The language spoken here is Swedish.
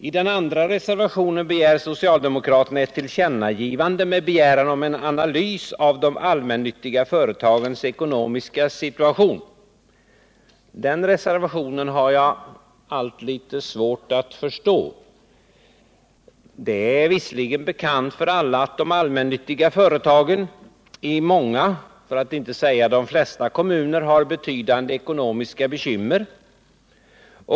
I den andra reservationen föreslår socialdemokraterna ett tillkännagivande av en begäran om en analys av de allmännyttiga företagens ekonomiska situation. Den reservationen har jag litet svårt att förstå. Det är visserligen bekant för alla att de allmännyttiga företagen i många för att inte säga flertalet kommuner har betydande ekonomiska bekymmer.